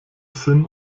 sinn